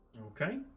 Okay